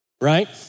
right